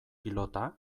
pilota